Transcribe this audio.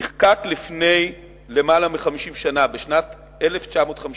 נחקק לפני יותר מ-50 שנה, בשנת 1954,